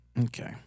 Okay